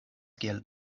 kiel